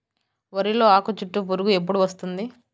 వరిలో ఆకుచుట్టు పురుగు ఎప్పుడు వస్తుంది?